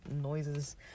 noises